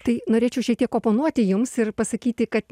tai norėčiau šiek tiek oponuoti jums ir pasakyti kad